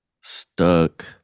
stuck